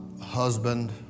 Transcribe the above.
husband